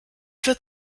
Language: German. wird